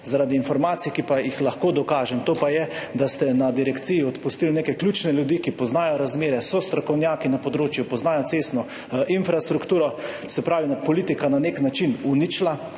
zaradi informacij, ki pa jih lahko dokažem, to pa je, da ste na direkciji odpustili neke ključne ljudi, ki poznajo razmere, so strokovnjaki na področju, poznajo cestno infrastrukturo, se pravi, da je politika na nek način uničila